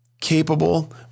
capable